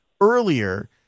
earlier